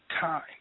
time